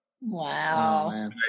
Wow